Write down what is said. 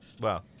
Wow